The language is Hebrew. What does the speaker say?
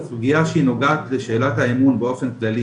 זו סוגייה שהיא נוגעת לשאלת האמון באופן כללי,